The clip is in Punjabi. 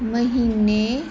ਮਹੀਨੇ